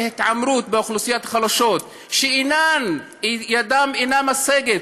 של התעמרות באוכלוסיות החלשות שידן אינה משגת